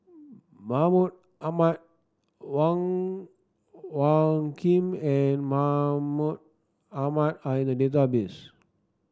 Mahmud Ahmad Wong Hung Khim and Mahmud Ahmad are in the database